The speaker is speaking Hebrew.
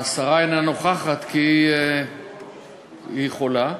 השרה אינה נוכחת כי היא חולה,